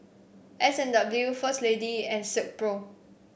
S and W First Lady and Silkpro